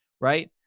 right